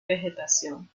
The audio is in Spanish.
vegetación